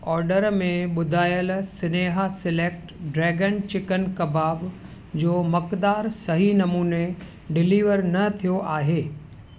order में ॿुधायल Sneha select dragon chicken कबाब जो मक़दारु सही नमूने डिलीवर न थियो आहे